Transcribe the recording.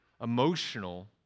emotional